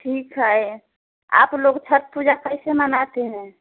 ठीक है आप लोग छठ पूजा कैसे मनाती हैं